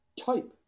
type